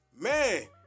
Man